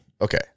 Okay